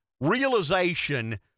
realization